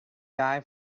die